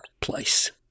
place